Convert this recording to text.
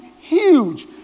huge